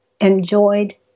enjoyed